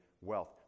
wealth